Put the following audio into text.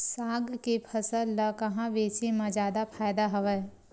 साग के फसल ल कहां बेचे म जादा फ़ायदा हवय?